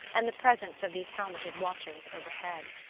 and the presence of these helmeted watchers overhead.